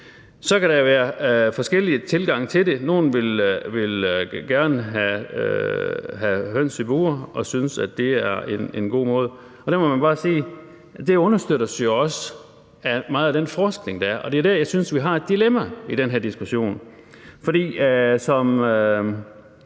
Så kan der være forskellige tilgange til det. Nogle vil gerne have høns i bure og synes, at det er en god måde, og der må man bare sige, at det jo også understøttes meget af den forskning, der er, og det er dér, jeg synes vi har et dilemma i den her diskussion. For som